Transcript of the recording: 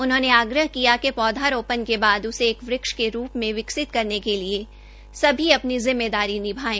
उन्होने आग्रह किया कि पौधारोपण के बाद उसे एक वृक्ष के रुप में विकसित करने के लिए सभी अपनी जिम्मेदारी निभाएं